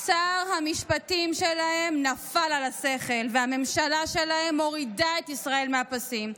שר המשפטים שלהם נפל על השכל והממשלה שלהם מורידה את ישראל מהפסים.